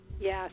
yes